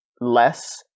less